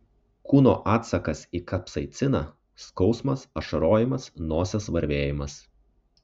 kūno atsakas į kapsaiciną skausmas ašarojimas nosies varvėjimas